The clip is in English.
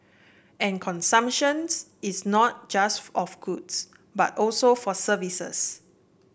and consumptions is not just of goods but also for services